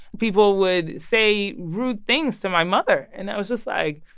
people would say rude things to my mother, and i was just like,